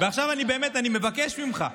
ועכשיו באמת, עכשיו אני מבקש ממך: